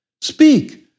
speak